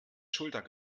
schulter